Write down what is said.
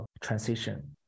transition